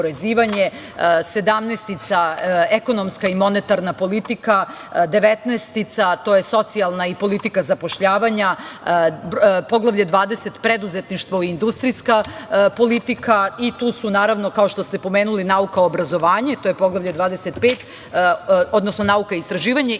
17 – ekonomska i monetarna politika, 19 – socijalna i politika zapošljavanja, Poglavlje 20 – preduzetništvo i industrijska politika i tu su, naravno, kao što ste pomenuli, nauka i obrazovanje, to je Poglavlje 25, odnosno nauka i istraživanje,